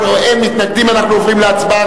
הם מתנגדים, אנחנו עוברים להצבעה.